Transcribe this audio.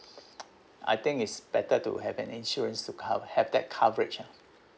I think is better to have an insurance to cover have that coverage ah